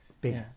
big